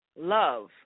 love